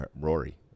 Rory